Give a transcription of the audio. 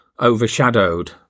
overshadowed